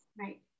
Right